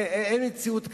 אין מציאות כזאת.